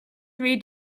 three